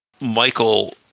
Michael